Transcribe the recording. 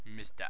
Mr